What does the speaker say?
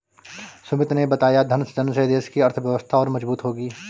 सुमित ने बताया धन सृजन से देश की अर्थव्यवस्था और मजबूत होगी